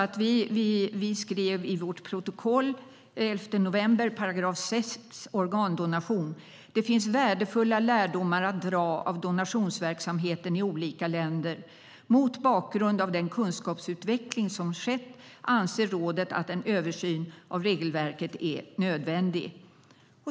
Vi skrev i vårt protokoll den 11 november i 6 § om organdonation: Det finns värdefulla lärdomar att dra av donationsverksamheten i olika länder. Mot bakgrund av den kunskapsutveckling som skett anser rådet att en översyn av regelverket är nödvändig.